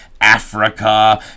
africa